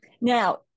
Now